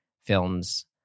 Films